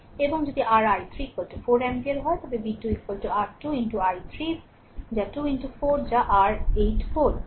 এবং যদি r i3 4 ampere হয় তবে v2 r 2 i3 যা 2 4 যা 8 ভোল্ট